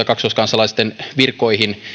kaksoiskansalaisten virkoihin